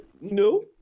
No